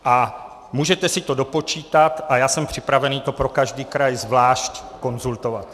A můžete si to dopočítat a jsem připravený to pro každý kraj zvlášť konzultovat.